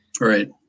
Right